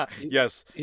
Yes